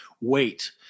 wait